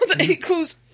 equals